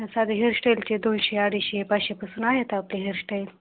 साधे हेअरस्टाईलचे दोनशे अडीचशे पाचशेपासून आहेत आपले हेअरस्टाईल